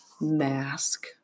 mask